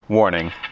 Warning